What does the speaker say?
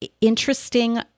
interesting